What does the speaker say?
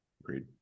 Agreed